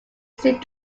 seemed